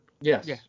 Yes